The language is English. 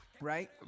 right